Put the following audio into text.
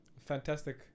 fantastic